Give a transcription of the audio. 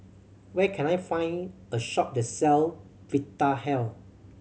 where can I find a shop that sell Vitahealth